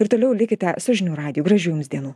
ir toliau likite su žinių radiju gražių jums dienų